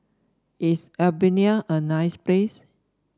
is Albania a nice place